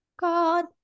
God